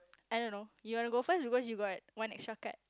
I don't know you want to go first cause you got one extra card